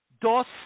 dos